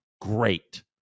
great